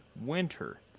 winter